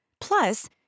Plus